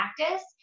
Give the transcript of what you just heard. practice